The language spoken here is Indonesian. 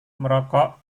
merokok